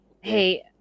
Hey